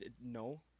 no